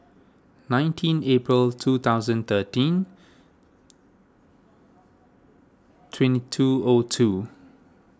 nineteen April two thousand thirteen twenty two O two